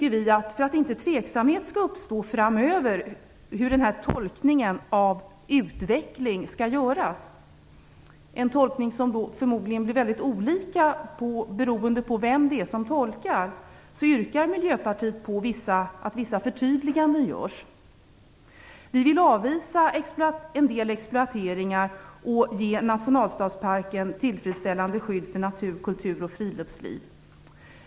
För att inte tveksamhet skall uppstå framöver om hur tolkningen av begreppet utveckling skall göras, en tolkning som förmodligen bli väldigt olika beroende på vem det är som tolkar, yrkar Miljöpartiet på att vissa förtydliganden görs. Vi vill avvisa en del exploateringar och ge nationalstadsparken ett tillfredsställande skydd för natur-, kultur-, och friluftsliv.